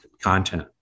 content